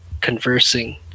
conversing